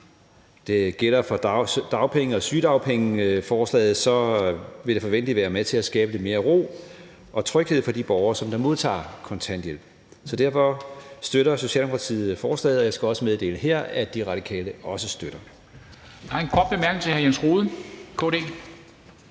det gælder for dagpenge- og sygedagpengeforslaget vil det forventeligt være med til at skabe lidt mere ro og tryghed for de borgere, som modtager kontanthjælp. Så derfor støtter Socialdemokratiet forslaget. Og jeg skal også meddele her, er De Radikale også støtter